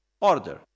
order